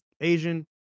Asian